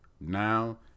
now